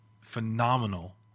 phenomenal